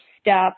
step